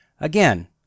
Again